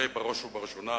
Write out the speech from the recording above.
הרי בראש ובראשונה